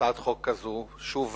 הצעת חוק כזאת שוב ושוב,